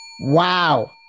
Wow